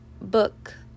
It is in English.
book